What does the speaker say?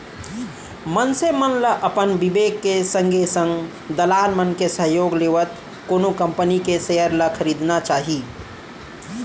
मनसे मन ल अपन बिबेक के संगे संग दलाल मन के सहयोग लेवत कोनो कंपनी के सेयर ल खरीदना चाही